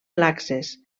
laxes